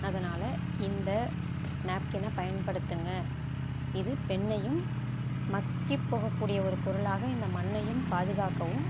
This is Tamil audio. அதனால் இந்த நேப்கின்னை பயன்படுத்துங்க இது பெண்ணையும் மக்கி போகக்கூடிய ஒரு பொருளாக இந்த மண்ணையும் பாதுகாக்கவும்